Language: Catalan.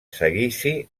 seguici